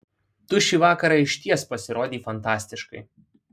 tu šį vakarą išties pasirodei fantastiškai